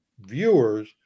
viewers